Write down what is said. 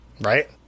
Right